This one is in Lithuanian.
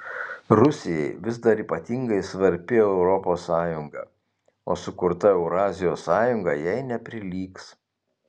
rusijai vis dar ypatingai svarbi europos sąjunga o sukurta eurazijos sąjunga jai neprilygs